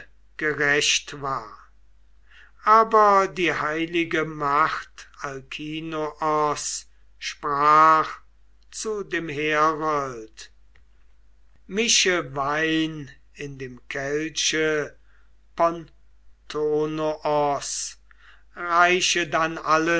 gerecht war aber die heilige macht alkinoos sprach zu dem herold mische wein in dem kelche pontonoos reiche dann